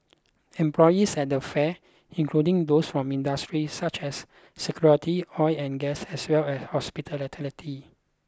employees at the fair including those from industries such as security oil and gas as well as hospital